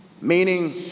meaning